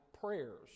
prayers